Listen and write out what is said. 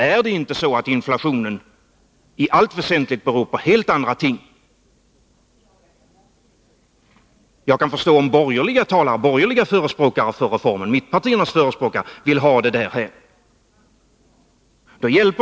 Är det inte så att inflationen i allt väsentligt beror på helt andra ting? Jag kan förstå om borgerliga talare, mittenpartiernas förespråkare av reformen, vill ha det därhän.